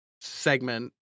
segment